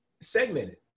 segmented